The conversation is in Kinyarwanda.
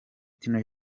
tino